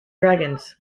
dragons